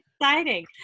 exciting